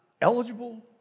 eligible